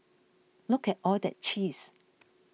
look at all that cheese